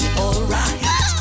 alright